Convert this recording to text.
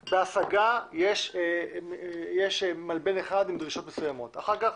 בהצגה יש מלבן אחד עם דרישות מסוימות, אחר כך